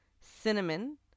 cinnamon